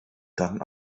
dann